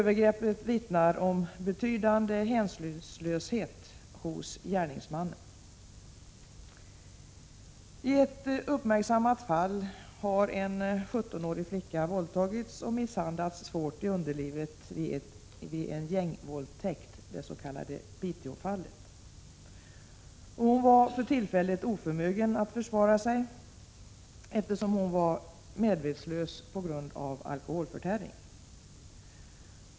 Övergreppet vittnar om betydande hänsynslöshet hos gärningsmannen. I ett uppmärksammat fall har en 17-årig flicka våldtagits och misshandlats svårt i underlivet vid en gängvåldtäkt, det s.k. Piteåfallet. Hon var för tillfället oförmögen att försvara sig, eftersom hon var medvetslös på grund av alkoholförtäring.